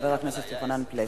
חבר הכנסת יוחנן פלסנר.